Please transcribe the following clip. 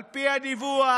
על פי הדיווח,